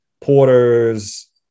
Porters